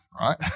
right